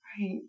Right